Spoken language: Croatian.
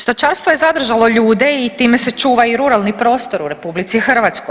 Stočarstvo je zadržalo ljude i time se čuva i ruralni prostor u RH.